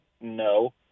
No